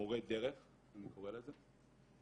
מורה דרך אני קורא לזה,